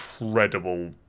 incredible